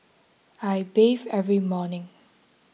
I bathe every morning